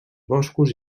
boscos